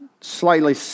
slightly